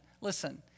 Listen